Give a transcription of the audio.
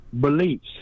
beliefs